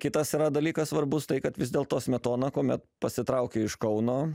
kitas yra dalykas svarbus tai kad vis dėlto smetona kuomet pasitraukė iš kauno